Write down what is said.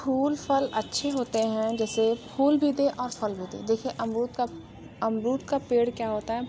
फूल फ़ल अच्छे होते हैं जैसे फूल भी दे और फल होते देखिए अमरूद का अमरूद का पेड़ क्या होता है